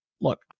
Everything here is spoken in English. Look